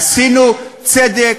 עשינו צדק,